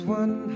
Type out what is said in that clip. one